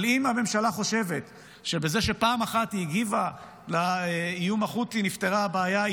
אבל אם הממשלה חושבת שבזה שפעם אחת היא הגיבה לאיום החות'י נפתרה הבעיה,